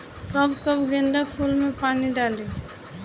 कब कब गेंदा फुल में पानी डाली?